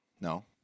No